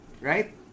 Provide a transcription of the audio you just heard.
Right